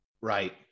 Right